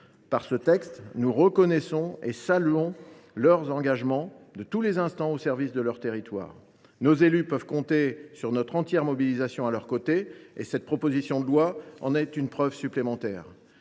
Par ce texte, nous reconnaissons et saluons leur engagement de tous les instants au service de leur territoire. Nos élus peuvent compter sur notre entière mobilisation à leurs côtés. Cette proposition de loi en est une preuve supplémentaire.